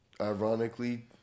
Ironically